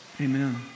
amen